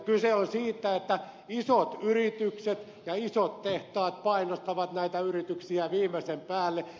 kyse on siitä että isot yritykset ja isot tehtaat painostavat näitä yrityksiä viimeisen päälle